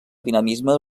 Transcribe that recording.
dinamisme